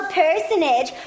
personage